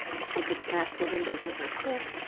she could smash the windows with her foot.